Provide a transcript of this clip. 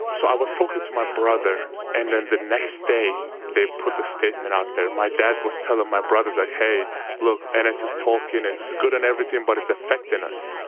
so i was talking to my brother, and then the next day they put the statement out there. my dad was telling my brother, like, hey look, and enes is talking. it's good and everything, but it's affecting us.